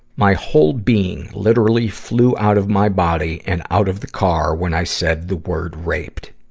my whole being literally flew out of my body and out of the car when i said the word raped.